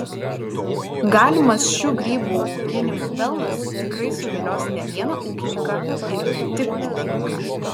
galimas šių grybų auginimo pelnas tikrai suvilios ne vieną ūkininką ir ne tik ūkininką